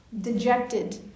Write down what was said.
Dejected